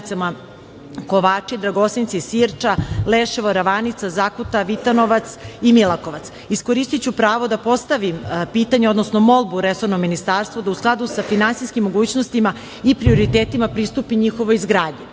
zajednicama Kovači, Dragosinci, Sirča, Leševo, Ravanica, Zakuta, Vitanovac i Milakovac. Iskoristiću pravo da postavim pitanje, odnosno molbu resornom ministarstvu, da u skladu sa finansijskim mogućnostima i prioritetima pristupi njihovoj izgradnji.